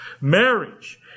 Marriage